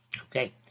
Okay